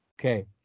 Okay